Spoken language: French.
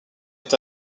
est